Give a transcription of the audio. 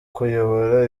kuyobora